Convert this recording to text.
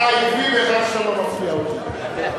אתה היחיד שאף פעם לא מפתיע אותי.